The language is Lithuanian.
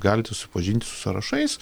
galite supažinti su sąrašais